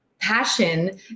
passion